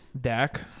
Dak